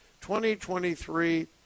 2023